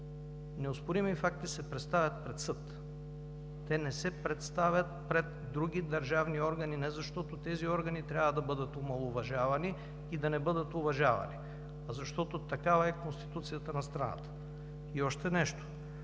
неоспорими факти се представят пред съд. Те не се представят пред други държавни органи, не защото тези органи трябва да бъдат омаловажавани и да не бъдат уважавани, а защото такава е Конституцията на страната. И още нещо,